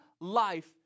life